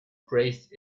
praised